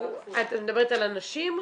את מדברת על הנשים?